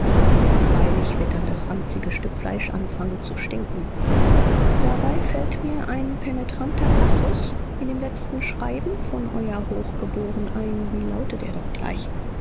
freilich wird dann das ranzige stück fleisch anfangen zu stinken dabei fällt mir ein penetranter passus in dem letzten schreiben von eurer hochgeboren ein wie lautet er doch gleich